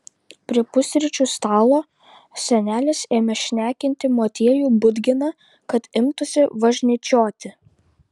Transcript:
prie pusryčių stalo senelis ėmė šnekinti motiejų budginą kad imtųsi važnyčioti